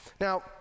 Now